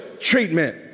treatment